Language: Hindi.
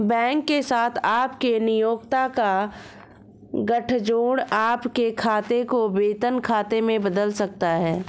बैंक के साथ आपके नियोक्ता का गठजोड़ आपके खाते को वेतन खाते में बदल सकता है